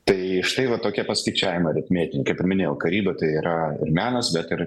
tai štai va tokie paskaičiavimai aritmetiniai kaip ir minėjau karyba tai yra ir menas bet ir